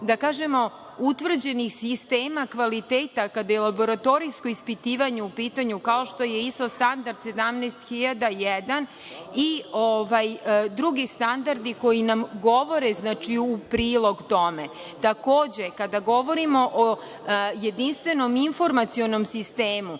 i niz utvrđenih sistema kvaliteta kada je laboratorijsko ispitivanje u pitanju, kao što je ISO standard 17001 i drugi standardi koji nam govore u prilog tome. Takođe, kada govorimo o jedinstvenom informacionom sistemu,